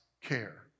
care